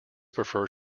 prefer